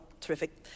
Terrific